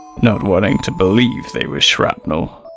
not wanting to believe they were shrapnel.